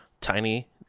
tiny